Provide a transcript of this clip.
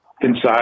inside